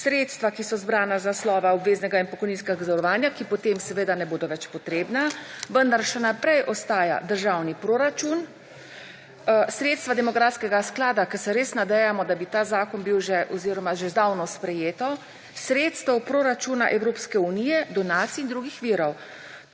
sredstva, ki so zbrana z naslova obveznega in pokojninskega zavarovanja, ki potem seveda ne bodo več potrebna, vendar še naprej ostaja državni proračun, sredstva demografskega sklada, ki(?) se res nadejamo, da bi ta zakon bil že oziroma že zdavnaj sprejeto, sredstev proračuna Evropske unije, donacij in drugih virov.